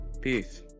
peace